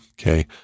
okay